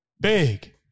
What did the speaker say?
big